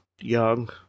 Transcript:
young